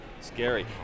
Scary